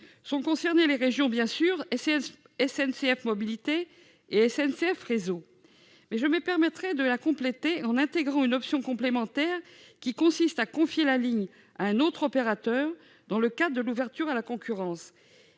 Sont concernées les régions, bien sûr, mais aussi SNCF Mobilités et SNCF Réseau. Je me permettrai de compléter cette recommandation en intégrant une option complémentaire, qui consiste à confier la ligne à un autre opérateur dans le cadre de l'ouverture à la concurrence,